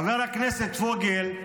חבר הכנסת פוגל,